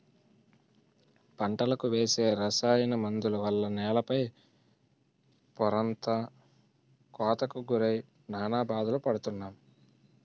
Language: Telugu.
పంటలకు వేసే రసాయన మందుల వల్ల నేల పై పొరంతా కోతకు గురై నానా బాధలు పడుతున్నాం